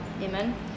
amen